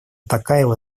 токаева